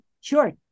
Sure